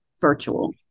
Virtual